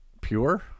Pure